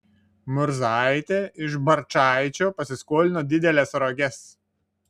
murzaitė iš barčaičio pasiskolino dideles roges